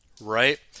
right